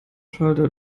schalter